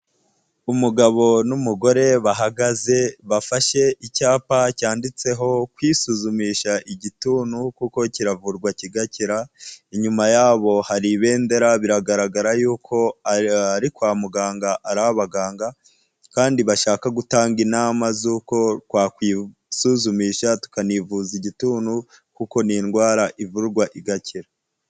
Umugabo n'umugore bahagaze bafashe icyapa cyanditseho kwisuzumisha igituntu kuko kiravurwa kigakira inyuma yabo hari ibendera biragaragara yuko ari kwa muganga ari abaganga kandi bashaka gutanga inama z'uko twakwisuzumisha tukanivuza igituntu kuko ni indwara ivurwa igakira.